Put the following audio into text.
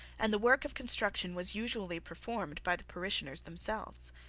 and the work of construction was usually performed by the parishioners themselves.